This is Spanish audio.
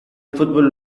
football